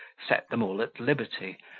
set them all at liberty,